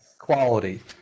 Quality